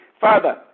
Father